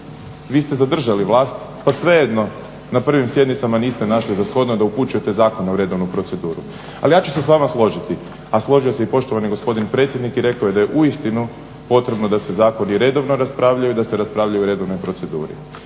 vi ste zadržali vlast pa svejedno na prvim sjednicama niste našli za shodno da upućujete zakone u redovnu proceduru. Ali ja ću se s vama složiti, a složio se i poštovani gospodin predsjednik i rekao je da je uistinu potrebno da se zakoni redovno raspravljaju, da se raspravljaju u redovnoj proceduri.